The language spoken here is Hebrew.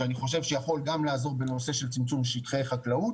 שאני חושב שיכול גם לעזור בנושא של צמצום שטחי חקלאות